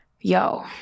yo